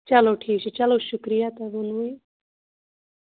چلو ٹھیٖک چھُ چلو شُکرِیا تۅہہِ ووٚنوٕ یہِ